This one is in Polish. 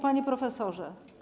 Panie Profesorze!